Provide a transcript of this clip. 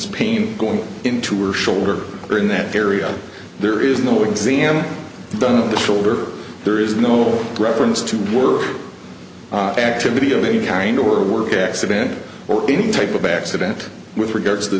pain going into or shoulder or in that area there is no exam done on the field or there is no reference to work activity of any kind or work accident or any type of accident with regard to